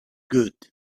good